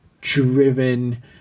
driven